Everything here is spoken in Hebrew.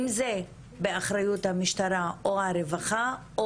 אם זה באחריות המשטרה או הרווחה.